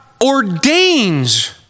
ordains